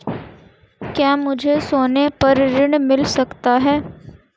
क्या मुझे सोने पर ऋण मिल सकता है?